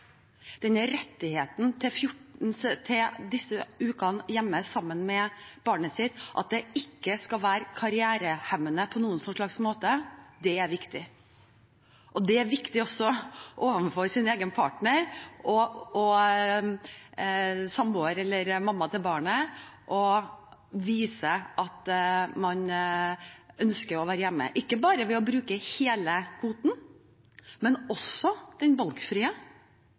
denne rettigheten, og at rettigheten til disse ukene hjemme sammen med barnet ikke skal være karrierehemmende på noen slags måte. Det er viktig. Det er også viktig overfor ens egen partner, samboer, mamma til barnet, å vise at man ønsker å være hjemme, ikke ved bare å bruke hele kvoten, men også den valgfrie